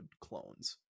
clones